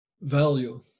Value